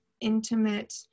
intimate